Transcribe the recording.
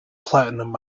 platinum